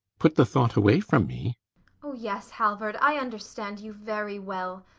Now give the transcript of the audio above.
put the thought away from me oh yes, halvard, i understand you very well.